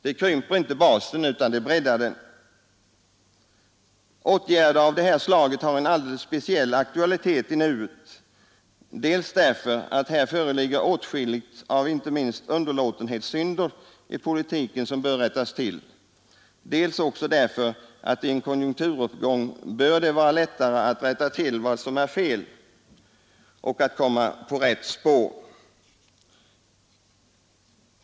Det krymper inte basen utan det breddar den. Åtgärder av det här slaget har en alldeles speciell aktualitet i nuet, dels därför att här föreligger åtskilligt av inte minst underlåtenhetssynder i politiken som bör rättas till, dels därför att i en konjunkturuppgång bör det vara lättare att rätta till vad som är fel och att komma på rätt spår.